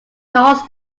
calls